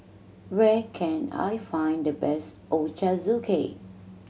where can I find the best Ochazuke